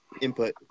input